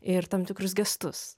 ir tam tikrus gestus